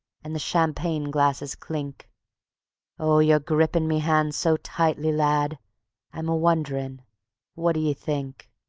and the champagne glasses clink oh, you're grippin' me hand so tightly, lad i'm a-wonderin' what d'ye think?